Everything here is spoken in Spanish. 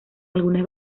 algunas